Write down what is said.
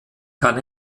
kann